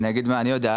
אני אגיד מה אני יודע.